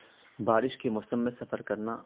بارش کے موسم میں سفر کرنا